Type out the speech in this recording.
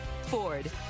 Ford